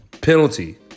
Penalty